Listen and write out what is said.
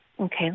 Okay